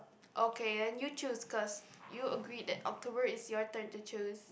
okay then you choose cause you agreed that October is your turn to choose